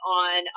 on